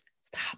stop